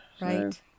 Right